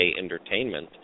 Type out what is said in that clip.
entertainment